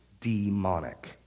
demonic